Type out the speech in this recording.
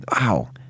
wow